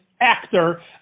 actor